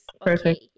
perfect